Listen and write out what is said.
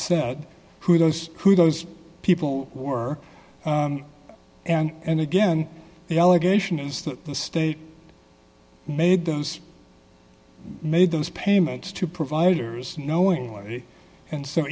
said who knows who those people were and and again the allegation is that the state made those made those payments to providers knowing it and so